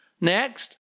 Next